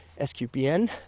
SQPN